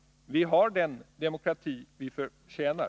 Vi har den demokrati vi förtjänar.